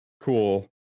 cool